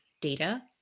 data